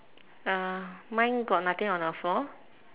uh mine got nothing on the floor